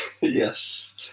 Yes